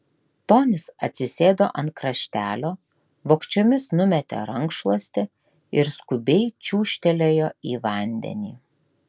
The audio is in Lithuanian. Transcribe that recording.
tonis atsisėdo ant kraštelio vogčiomis numetė rankšluostį ir skubiai čiūžtelėjo į vandenį